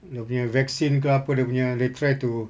dia punya vaccine ke apa dia punya they try to